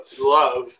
love